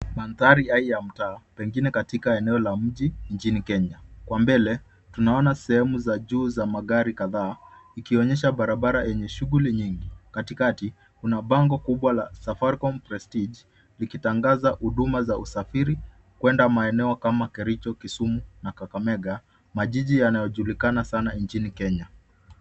Mandhari ai ya mtaa pengine katika eneo la mji nchini Kenya, kwa mbele tunaona sehemu za juu za magari kadhaa ikionyesha barabara yenye shughuli nyingi. Katikati kuna bango kubwa la Safaricom Prestige likitangaza huduma za usafiri kwenda maeneo kama Kericho, Kisumu na Kakamega majiji yanayojulikana sana nchini Kenya.